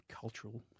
cultural